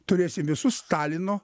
turėsim visus stalino